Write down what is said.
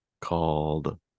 called